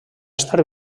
estar